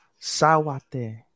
Sawate